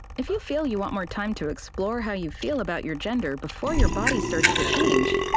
if you feel you want more time to explore how you feel about your gender before your body starts to change,